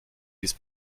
bis